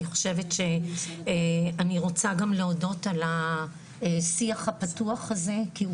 אני חושבת שאני רוצה גם להודות על השיח הפתוח הזה כי הוא